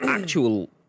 actual